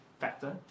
factor